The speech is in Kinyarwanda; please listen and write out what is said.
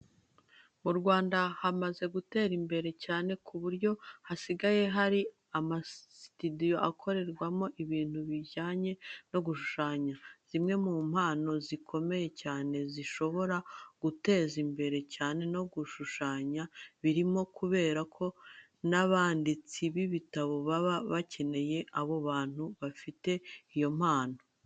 Mu Rwanda hamaze gutera imbere cyane ku buryo hasigaye hari n'amasitidiyo akoreramo ibintu bijyanye no gushushanya. Zimwe mu mpano zikomeye cyane zishobora kuguteza imbere cyane no gushushanya birimo kubera ko n'abanditsi b'ibitabo baba bakeneye abo bantu bafite iyo mpano.